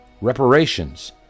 reparations